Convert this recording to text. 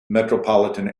metropolitan